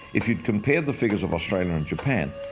if you'd compared the figures of australia and japan,